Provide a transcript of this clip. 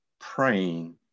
praying